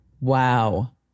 Wow